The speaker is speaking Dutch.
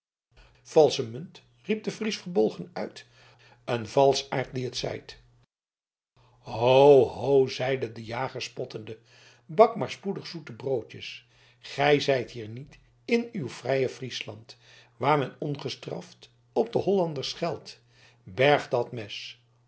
valsche munt riep de fries verbolgen uit een valschaard die t zeit ho ho zeide de jager spottende bak maar spoedig zoete broodjes gij zijt hier niet in uw frije friesland waar men ongestraft op de hollanders scheldt berg dat mes